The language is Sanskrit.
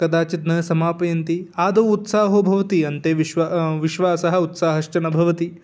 कदाचिद् न समापयन्ति आदौ उत्साहो भवति अन्ते विश्वासः विश्वासः उत्साहश्च न भवति